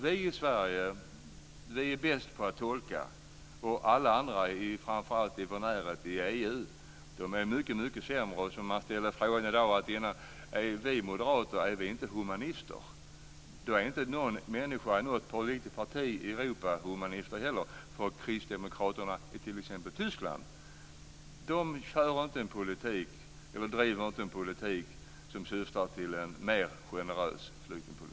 Vi i Sverige är bäst på att tolka, och alla andra, framför allt i vår närhet inom EU, är mycket sämre. Om man i dag ställer frågan om vi moderater inte är humanister, då är inte några människor i något politiskt parti i Europa heller humanister. Kristdemokraterna i t.ex. Tyskland driver inte en politik som syftar till en mer generös flyktingpolitik.